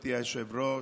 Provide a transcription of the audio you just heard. גברתי היושבת-ראש,